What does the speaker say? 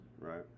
right